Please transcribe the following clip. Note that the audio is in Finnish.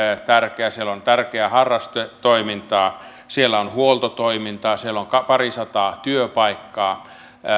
tärkeä siellä on tärkeää harrastetoimintaa siellä on huoltotoimintaa siellä on parisataa työpaikkaa